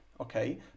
Okay